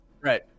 Right